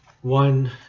one